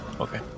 Okay